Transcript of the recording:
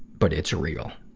but it's real.